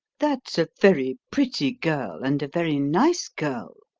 that's a very pretty girl and a very nice girl,